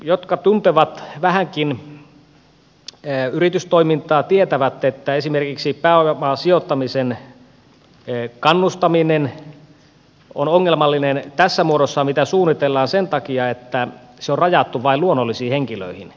jotka tuntevat vähänkin yritystoimintaa tietävät että esimerkiksi pääomasijoittamiseen kannustaminen on ongelmallista tässä muodossa mitä suunnitellaan sen takia että se on rajattu vain luonnollisiin henkilöihin